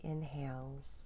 inhales